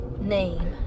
name